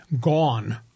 gone